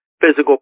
physical